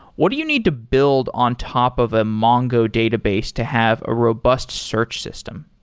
what do you need to build on top of a mongo database to have a robust search system?